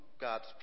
God's